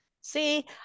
See